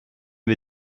wir